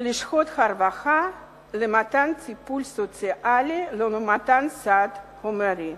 לשכות הרווחה למתן טיפול סוציאלי או למתן סעד חומרי.